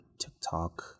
TikTok